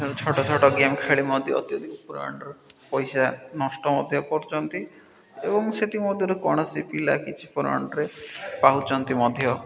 ଛୋଟ ଛୋଟ ଗେମ୍ ଖେଳି ମଧ୍ୟ ଅତ୍ୟଧିକ ପରିମାଣରେ ପଇସା ନଷ୍ଟ ମଧ୍ୟ କରୁଛନ୍ତି ଏବଂ ସେଥିମଧ୍ୟରୁ କୌଣସି ପିଲା କିଛି ପରିମାଣରେ ପାଉଛନ୍ତି ମଧ୍ୟ